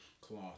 cloth